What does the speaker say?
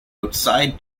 outside